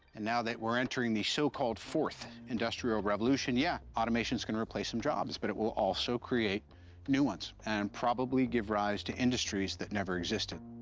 and now that we're entering the so-called fourth industrial revolution, yeah, automation's gonna replace some jobs, but it will also create new ones, and probably give rise to industries that never existed.